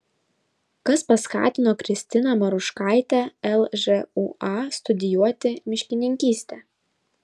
kas paskatino kristiną maruškaitę lžūa studijuoti miškininkystę